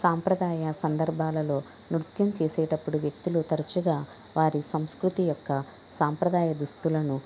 సాంప్రదాయ సందర్భాలలో నృత్యం చేసేటప్పుడు వ్యక్తులు తరచుగా వారి సంస్కృతి యొక్క సాంప్రదాయ దుస్తులను